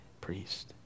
priest